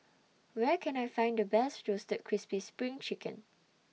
Where Can I Find The Best Roasted Crispy SPRING Chicken